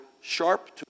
sharp